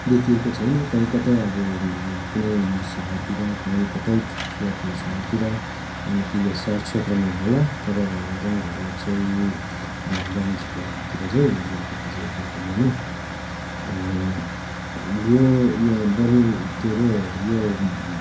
देखिएको छैन कहीँ कतै अब कुनै सहरहरूतिर कहीँ कतै ठुला ठुला सहरतिर यानिकी सहर क्षेत्रमा होला तर गाउँ घरमा चाहिँ ग्रामीण क्षेत्रहरूतिर चाहिँ भएको खासै देखिँदैन यो यो बरु के अरे यो